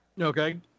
Okay